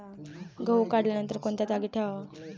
गहू काढल्यानंतर कोणत्या जागी ठेवावा?